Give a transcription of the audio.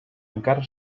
encara